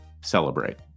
celebrate